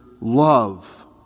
love